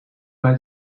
bij